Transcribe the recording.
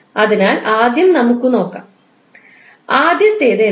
അതിനാൽ ആദ്യം നമുക്ക് നോക്കാം ആദ്യത്തേത് എന്താണ്